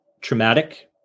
traumatic